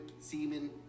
semen